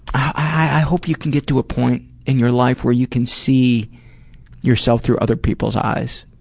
i hope you can get to a point in your life where you can see yourself through other people's eyes.